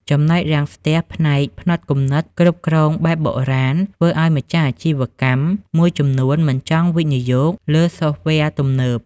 ចំណុចរាំងស្ទះផ្នែក "ផ្នត់គំនិតគ្រប់គ្រងបែបបុរាណ" ធ្វើឱ្យម្ចាស់អាជីវកម្មមួយចំនួនមិនចង់វិនិយោគលើសូហ្វវែរទំនើប។